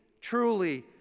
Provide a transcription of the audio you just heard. truly